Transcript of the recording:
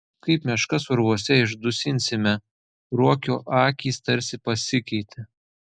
kaip meškas urvuose išdusinsime ruokio akys tarsi pasikeitė